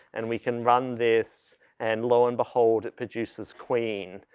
and we can run this and lo and behold it produces queen.